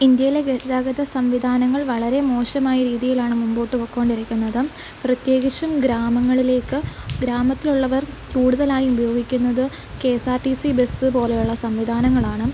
ഇന്ത്യയിലെ ഗതാഗത സംവിധാനങ്ങൾ വളരെ മോശമായ രീതിയിലാണ് മുന്നോട്ടു പൊയ് കൊണ്ടിരിക്കുന്നത് പ്രത്യേകിച്ചും ഗ്രാമങ്ങളിലേക്കു ഗ്രാമത്തിലുള്ളവർ കൂടുതലായും ഉപയോഗിക്കുന്നത് K S R T C bus പോലെയുള്ള സംവിധാനങ്ങളാണ്